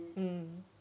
mm